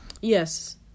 Yes